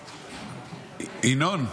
ינון,